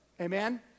Amen